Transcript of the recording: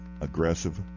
aggressive